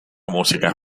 música